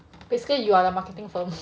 basically you're the marketing firm